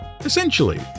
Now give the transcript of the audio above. Essentially